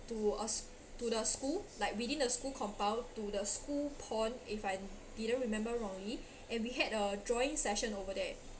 to us~ to the school like within the school compound to the school pond if I didn't remember wrongly and we had a drawing session over there